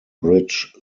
bridge